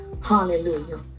Hallelujah